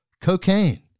Cocaine